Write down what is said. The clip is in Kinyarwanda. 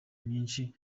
myinshi